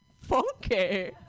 funky